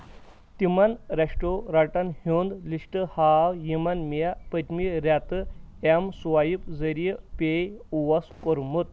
تِمَن رٮ۪سٹورنٛٹَن ہُنٛد لسٹ ہاو یِمَن مےٚ پٔتمہِ رٮ۪تہٕ ایٚم سٕوایپ ذٔریعہِ پے اوس کوٚرمُت